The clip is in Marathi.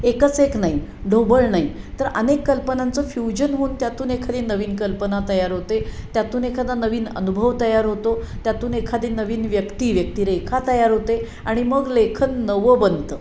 एकच एक नाही ढोबळ नाही तर अनेक कल्पनांचं फ्युजन होऊन त्यातून एखादी नवीन कल्पना तयार होते त्यातून एखादा नवीन अनुभव तयार होतो त्यातून एखादी नवीन व्यक्ती व्यक्तिरेखा तयार होते आणि मग लेखन नवं बनतं